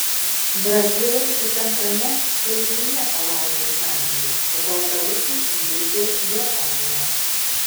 brazilai tik antrame kėlinyje palaužė zambiją o baltarusiai įveikė japoniją